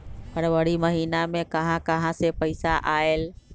फरवरी महिना मे कहा कहा से पैसा आएल?